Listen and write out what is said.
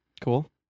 Cool